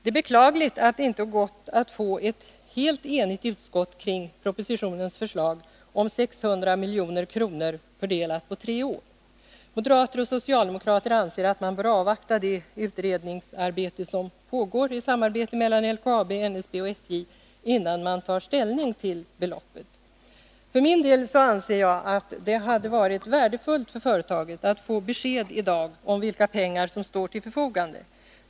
Det är beklagligt att det inte har gått att få ett helt enigt utskott kring propositionens förslag om 600 milj.kr. fördelade på tre år. Moderater och socialdemokrater anser att man bör avvakta det utredningsarbete som pågår i samarbete mellan LKAB, NSB och SJ innan man tar ställning till beloppet. För min del anser jag att det hade varit värdefullt för företaget att få besked i dag om vilka pengar som står till förfogande.